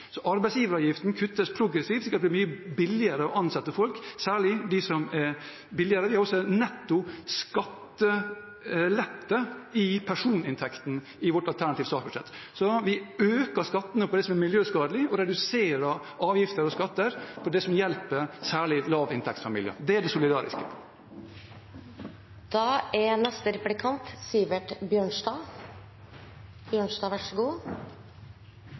Så vi øker skattene på det som er miljøskadelig, og reduserer avgifter og skatter på det som hjelper særlig lavinntektsfamilier. Det er det solidariske. Miljøpartiet De Grønne er